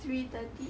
three thirty